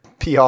PR